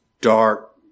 dark